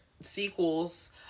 sequels